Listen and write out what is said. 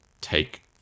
take